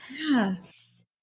Yes